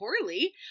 poorly